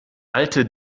alte